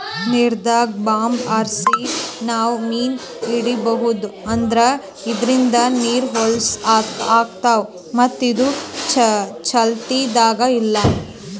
ನೀರ್ದಾಗ್ bomb ಹಾರ್ಸಿ ನಾವ್ ಮೀನ್ ಹಿಡೀಬಹುದ್ ಆದ್ರ ಇದ್ರಿಂದ್ ನೀರ್ ಹೊಲಸ್ ಆತವ್ ಮತ್ತ್ ಇದು ಚಾಲ್ತಿದಾಗ್ ಇಲ್ಲಾ